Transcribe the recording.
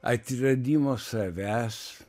atradimo savęs